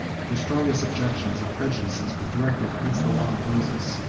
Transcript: whose strongest objections and prejudices were directed against the law of moses,